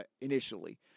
initially